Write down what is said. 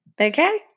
Okay